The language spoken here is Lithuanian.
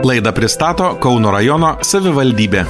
laidą pristato kauno rajono savivaldybė